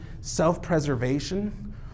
self-preservation